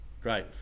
Great